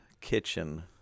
kitchen